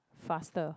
faster